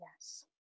yes